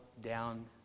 down